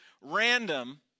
random